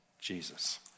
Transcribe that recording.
Jesus